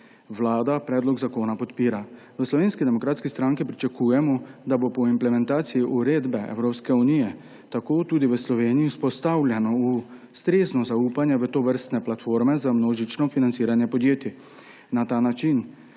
Vlada predlog zakona podpira. V Slovenski demokratski stranki pričakujemo, da bo po implementaciji uredbe Evropske unije tako tudi v Sloveniji vzpostavljeno ustrezno zaupanje v tovrstne platforme za množično financiranje podjetij. Na ta način